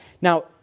Now